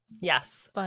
Yes